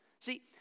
see